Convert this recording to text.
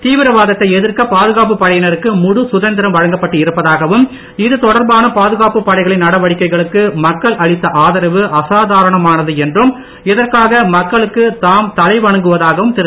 தீவிரவாதத்தை எதிர்க்க பாதுகாப்பு படையினருக்கு முழு சுதந்திரம் வழங்கப்பட்டு இருப்பதாகவும் இதுதொடர்பான பாதுகாப்பு படைகளின் நடவடிக்கைகளுக்கு மக்கள் அளித்த ஆதரவு அசாதாரணமானது என்றும் இதற்காக மக்களுக்கு தாம் தலை வணங்குவதாகவும் திரு